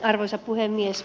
arvoisa puhemies